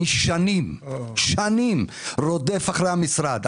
אני שנים רודף אחרי המשרד.